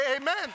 amen